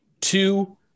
Two